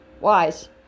Wise